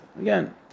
Again